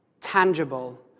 tangible